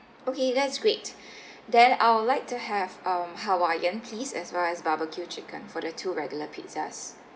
okay that's great then I would like to have um hawaiian please as well as barbecue chicken for the two regular pizzas